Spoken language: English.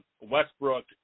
Westbrook